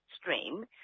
stream